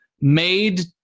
made